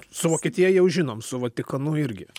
su vokietija jau žinom su vatikanu irgi